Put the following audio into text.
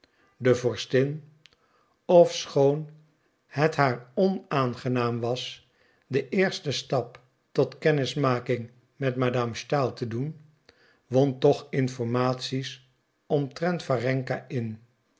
de vorstin ofschoon het haar onaangenaam was den eersten stap tot kennismaking met madame stahl te doen won toch informaties omtrent warenka